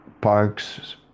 parks